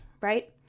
right